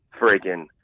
freaking